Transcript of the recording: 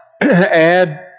add